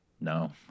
No